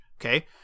Okay